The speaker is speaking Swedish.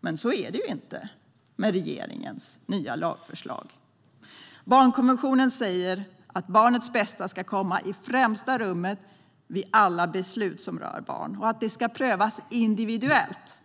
Men så är det inte med regeringens nya lagförslag. I barnkonventionen sägs det att barnets bästa ska komma i främsta rummet vid alla beslut som rör barn och att det ska prövas individuellt.